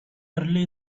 early